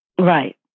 Right